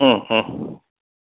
ও ও